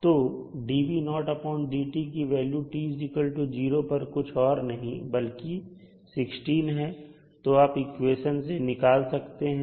तो की value t0 पर कुछ और नहीं बल्कि 16 है जो आप इक्वेशन से निकाल सकते हैं